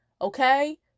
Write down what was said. Okay